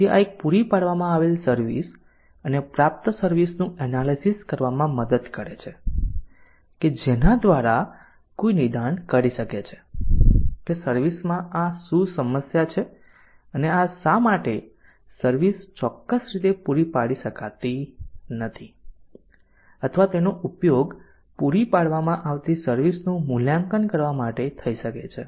તેથી આ એક પૂરી પાડવામાં આવેલ સર્વિસ અને પ્રાપ્ત સર્વિસ નું એનાલીસીસ કરવામાં મદદ કરે છે કે જેના દ્વારા કોઈ નિદાન કરી શકે છે કે સર્વિસ માં શું સમસ્યા છે અને શા માટે સર્વિસ ચોક્કસ રીતે પૂરી પાડી શકાતી નથી અથવા તેનો ઉપયોગ પૂરી પાડવામાં આવતી સર્વિસ નું મૂલ્યાંકન કરવા માટે થઈ શકે છે